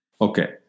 Okay